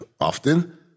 often